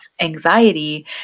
anxiety